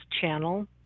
channel